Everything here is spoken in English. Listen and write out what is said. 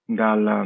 dal